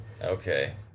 Okay